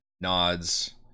nods